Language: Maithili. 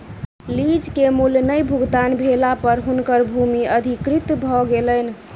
लीज के मूल्य नै भुगतान भेला पर हुनकर भूमि अधिकृत भ गेलैन